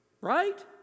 Right